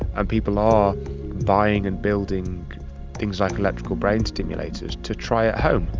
and people are buying and building things like electrical brain stimulators to try at home.